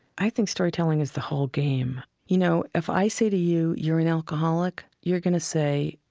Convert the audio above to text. i think storytelling is the whole game. you know, if i say to you, you're an alcoholic you're going to say,